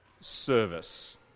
service